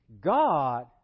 God